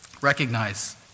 Recognize